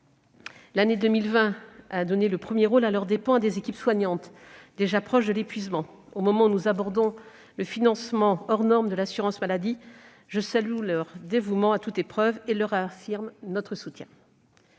l'année 2020 a donné le premier rôle, à leurs dépens, à des équipes soignantes déjà proches de l'épuisement. Au moment où nous abordons le financement hors normes de l'assurance maladie, je tiens à saluer leur dévouement à toute épreuve et à leur réaffirmer notre soutien.